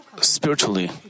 spiritually